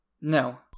No